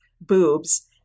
boobs